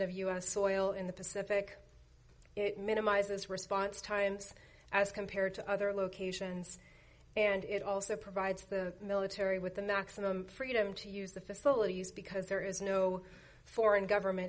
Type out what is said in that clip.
of u s soil in the pacific it minimizes response times as compared to other locations and it also provides the military with the maximum freedom to use the facilities because there is no foreign government